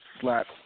slap